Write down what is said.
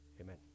Amen